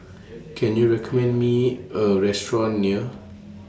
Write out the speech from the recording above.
Can YOU recommend Me A Restaurant near